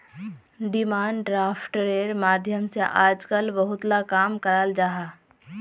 demand ड्राफ्टेर माध्यम से आजकल बहुत ला काम कराल जाहा